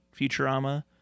Futurama